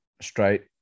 straight